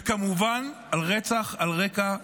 וכמובן רצח על רקע לאומני.